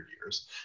years